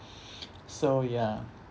so ya